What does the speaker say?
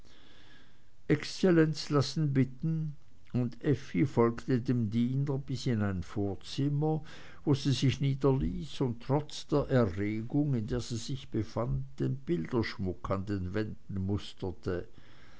exzellenz lassen bitten und effi folgte dem diener bis in ein vorzimmer wo sie sich niederließ und trotz der erregung in der sie sich befand den bilderschmuck an den wänden musterte